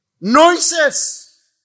Noises